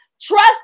Trust